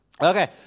Okay